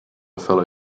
fellow